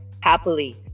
happily